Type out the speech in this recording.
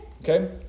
okay